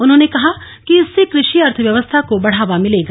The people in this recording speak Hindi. उन्होंने कहा कि इससे कृषि अर्थव्यवस्था को बढ़ावा मिलेगा